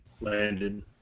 Landon